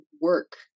work